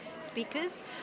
speakers